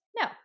No